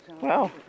Wow